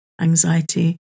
anxiety